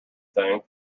thing